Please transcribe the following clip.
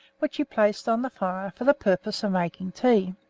which he placed on the fire for the purpose of making tea.